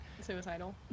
suicidal